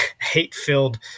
hate-filled